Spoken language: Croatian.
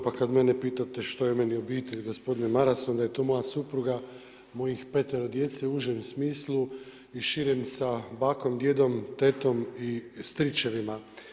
Pa kada mene pitate što je meni obitelj gospodine Maras, onda je to moja supruga, mojih petero djece u užem smislu i širem sa bakom, djedom, tetom i stričevima.